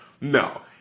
no